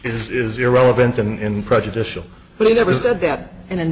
it is irrelevant in prejudicial but he never said that in